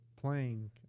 playing